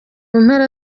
mpera